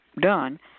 done